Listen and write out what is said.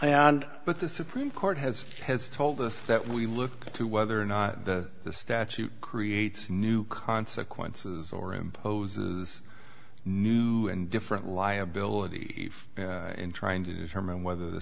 and but the supreme court has has told us that we look to whether or not the statute creates new consequences or imposes new and different liability in trying to determine whether the